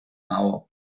maó